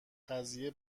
قضیه